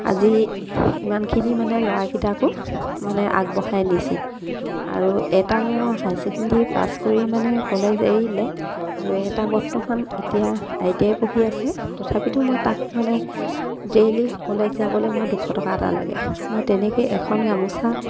আজি ইমানখিনি মানে ল'ৰাকেইটাকো মানে আগবঢ়াই নিছোঁ আৰু এটা ল'ৰা হাই ছেকেণ্ডেৰী পাছ কৰি মানে কলেজ এৰিলে আৰু এটা বৰ্তমান এতিয়া আই টি আই পঢ়ি আছে তথাপিতো মই তাক মানে ডেইলি কলেজ যাবলৈ মই দুশ টকা এটা লাগে মই তেনেকেই এখন গামোচা